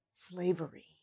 slavery